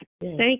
Thank